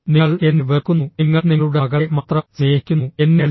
നിങ്ങൾ എന്നെ വെറുക്കുന്നു നിങ്ങൾ നിങ്ങളുടെ മകളെ മാത്രം സ്നേഹിക്കുന്നു എന്നെയല്ല